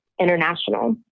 international